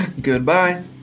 Goodbye